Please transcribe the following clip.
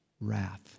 wrath